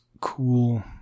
cool